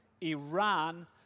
Iran